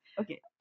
Okay